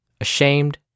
ashamed